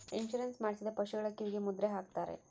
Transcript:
insurance ಮಾಡಿಸಿದ ಪಶುಗಳ ಕಿವಿಗೆ ಮುದ್ರೆ ಹಾಕ್ತಾರೆ